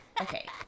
Okay